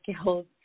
skills